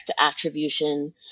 attribution